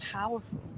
Powerful